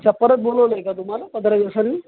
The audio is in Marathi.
अच्छा परत बोलवलं आहे का तुम्हाला पंधरा दिवसानी